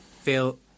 feel